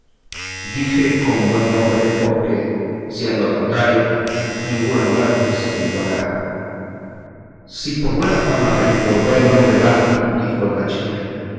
dije con buen nombre porque siendo al contrario ninguna muerte se le igualará si por buena fama y si por buen nombre va dijo el bachiller